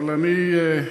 אבל אני,